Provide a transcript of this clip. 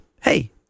Hey